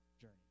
journey